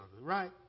right